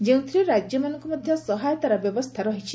ଯେଉଁଥିରେ ରାଜ୍ୟମାନଙ୍କୁ ମଧ୍ଧ ସହାୟତାର ବ୍ୟବସ୍ତା ରହିଛି